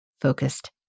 focused